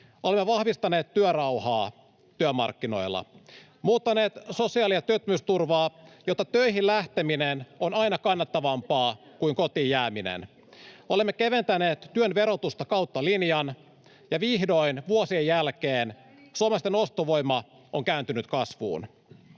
Olemme vahvistaneet työrauhaa työmarkkinoilla, muuttaneet sosiaali- ja työttömyysturvaa, jotta töihin lähteminen on aina kannattavampaa kuin kotiin jääminen. Olemme keventäneet työn verotusta kautta linjan, ja vihdoin, vuosien jälkeen, [Anne Kalmarin välihuuto] suomalaisten ostovoima on kääntynyt kasvuun.